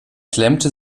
klemmte